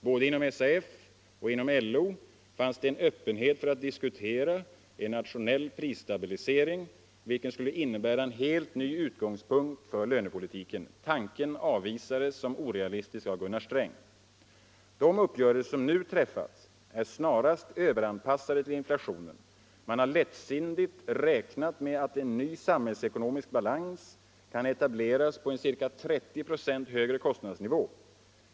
Både inom SAF och inom LO fanns det en öppenhet för att diskutera en nationell prisstabilisering, vilken skulle innebära en helt ny utgångspunkt för lönepolitiken. Tanken avvisades som orealistisk av Gunnar Sträng. De uppgörelser som nu träffas är snarast överanpassade till inflationen: Man har lättsinnigt räknat med att en ny samhällsekonomisk balans kan etableras på en ca 30 procent högre kostnadsnivå.